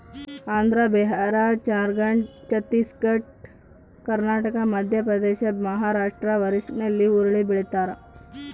Andhra Bihar Jharkhand Chhattisgarh Karnataka Madhya Pradesh Maharashtra ಒರಿಸ್ಸಾಲ್ಲಿ ಹುರುಳಿ ಬೆಳಿತಾರ